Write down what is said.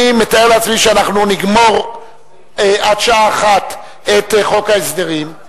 אני מתאר לעצמי שנגמור עד השעה 13:00 את חוק ההסדרים.